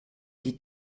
die